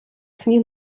сніг